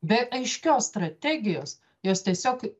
bet aiškios strategijos jos tiesiog